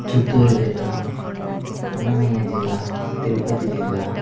చిత్తూరు జిల్లా అన్నమయ్య జిల్లా తిరుపతి జిల్లా